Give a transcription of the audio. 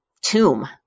tomb